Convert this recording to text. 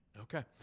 Okay